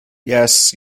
yes